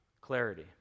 clarity